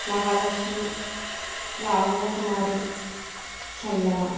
Mahalakshmi Lavanyakumari Chandana